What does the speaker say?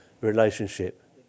relationship